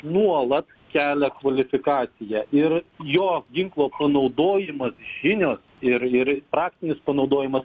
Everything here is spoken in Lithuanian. nuolat kelia kvalifikaciją ir jo ginklo panaudojimas žinios ir ir praktinis panaudojimas